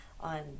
on